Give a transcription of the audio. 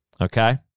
okay